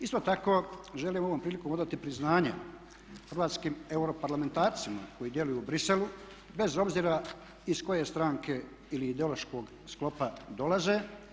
Isto tako želim ovom prilikom odati priznanje hrvatskim europarlamentarcima koji djeluju u Briselu bez obzira iz koje stranke ili ideološkog sklopa dolaze.